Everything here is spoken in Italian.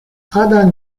adam